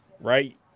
right